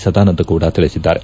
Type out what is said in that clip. ಸದಾನಂದಗೌಡ ತಿಳಿಸಿದ್ದಾರೆ